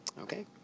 Okay